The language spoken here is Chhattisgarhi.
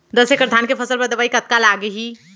दस एकड़ धान के फसल बर दवई कतका लागही?